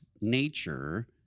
nature